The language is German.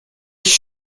ich